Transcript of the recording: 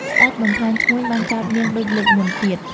ស្ដេចបំផ្លាញឈ្មួញ បានចោទនាងដូចលើកមុនទៀត ។